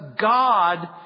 God